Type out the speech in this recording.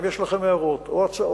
אם יש לכם הערות או הצעות